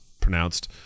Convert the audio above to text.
pronounced